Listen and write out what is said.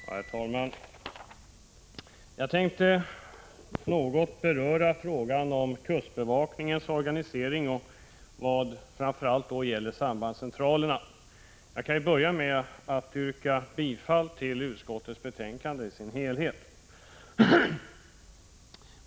Herr talman! Jag tänkte något beröra frågan om kustbevakningens organisering, framför allt när det gäller sambandscentralerna. Jag kan börja med att yrka bifall till utskottets hemställan i dess helhet.